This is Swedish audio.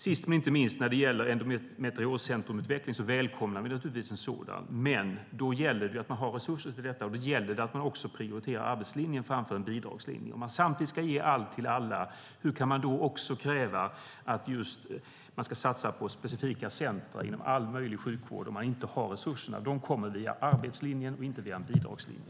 Sist men inte minst: Vi välkomnar naturligtvis en endometrioscentrumutveckling. Men då gäller det att man har resurser till detta, och då gäller det att man också prioriterar arbetslinjen framför en bidragslinje. Om man samtidigt ska ge allt till alla, hur kan man då kräva att man ska satsa på specifika centrum inom all möjlig sjukvård när man inte har resurserna? De kommer via arbetslinjen och inte via en bidragslinje.